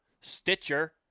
Stitcher